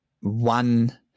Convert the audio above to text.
one